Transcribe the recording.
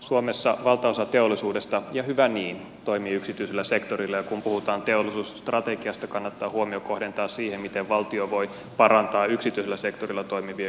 suomessa valtaosa teollisuudesta ja hyvä niin toimii yksityisellä sektorilla ja kun puhutaan teollisuusstrategiasta kannattaa huomio kohdentaa siihen miten valtio voi parantaa yksityisellä sektorilla toimivien yritysten edellytyksiä